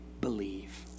believe